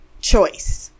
choice